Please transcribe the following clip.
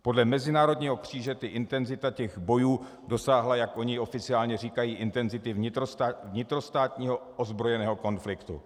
Podle Mezinárodního červeného kříže intenzita těch bojů dosáhla, jak oni oficiálně říkají, intenzity vnitrostátního ozbrojeného konfliktu.